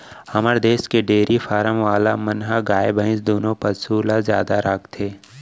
हमर देस के डेरी फारम वाला मन ह गाय भईंस दुनों पसु ल जादा राखथें